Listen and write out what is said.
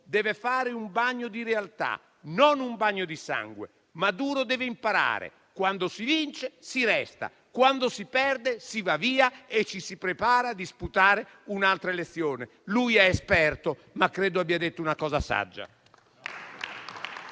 deve fare un bagno di realtà, non un bagno di sangue. Maduro deve imparare: quando si vince, si resta; quando si perde, si va via e ci si prepara a disputare un'altra elezione». Lui è esperto, ma credo abbia detto una cosa saggia.